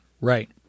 Right